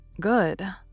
Good